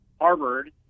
Harvard